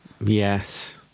Yes